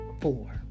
four